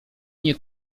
nie